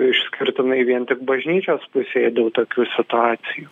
išskirtinai vien tik bažnyčios pusėje dėl tokių situacijų